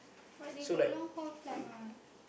but they got long haul flight what